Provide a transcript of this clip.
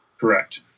Correct